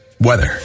weather